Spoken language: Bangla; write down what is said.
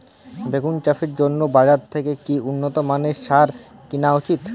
বেগুন চাষের জন্য বাজার থেকে কি উন্নত মানের সার কিনা উচিৎ?